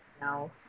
No